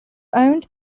owned